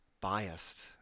biased